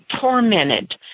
tormented